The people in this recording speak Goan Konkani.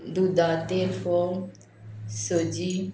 दुदांतले फोव सोजी